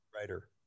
writer